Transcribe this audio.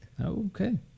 okay